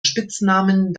spitznamen